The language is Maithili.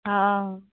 हँ